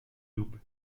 doubs